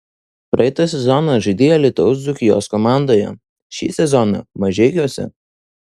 praeitą sezoną žaidei alytaus dzūkijos komandoje šį sezoną mažeikiuose